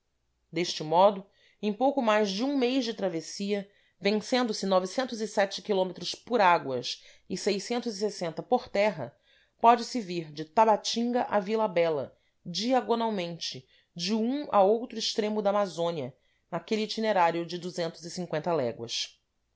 deste modo em pouco mais de um mês de travessia vencendo km por águas e por terra pode-se vir de tabatinga a vila bela diagonalmente de um a outro extremo da amazônia naquele itinerário de léguas